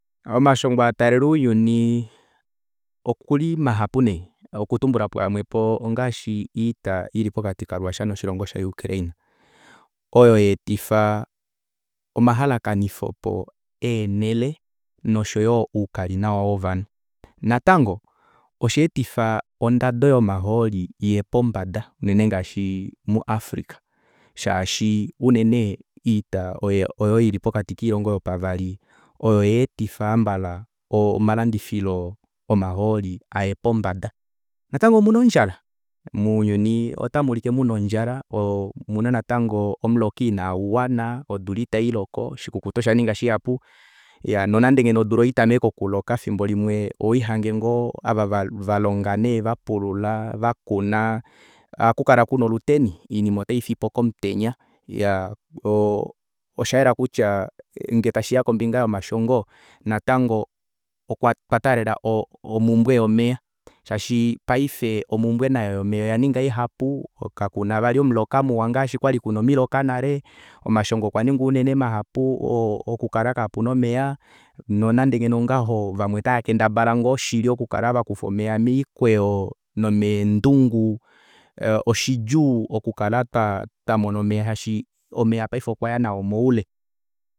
Omashongo ataalela ounyuni okuli mahapu nee okutumbulapo ashike imwepo ongaashi oita ili pokati ka russia noshilongo sha ukraine oyo yaetifa omahalakanifepo eenele oshoyo oukali nawa wovanhu natango osha etifa ondado yomahooli iye pombada unene ngaashi mu africa shaashi unene oita oyo ili pokati koilongo yopavali oyo yaetifa hamumbala omalandifilo omahooli aye pombada natango omuna ondjala mounyuni otamuulike natango muna ondjala omuna natango omuloka inauwana odula ita iloko oshikukuta oshaninga shihapu nonande ngeno odula itameke okuloka efimbo limwe oholihange ngoo ava valonga vapulula vakuna ohakukala kuna oluteni oinima otaifipo komutenya iyaa oshayela kutya ngee tashiya kombinga yomashongo natango okwa taalela omumbwe yomeva shaashi paife omumbwe nayo yomeva oyaninga ihapu kakuna vali omuloka muwa ngaashi kwali kuna omiloka nale omashongo okwaninga unene mahapu okukala kapuna omeva nonande vamwe ota vakendabala ngoo shili okukala vakufa omeva moikweyo nomeendungu oshiidjuu okukala twamona omeva shaashi omeva paife okwaya nao moule